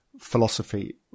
philosophy